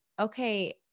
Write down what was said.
okay